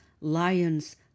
lions